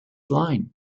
line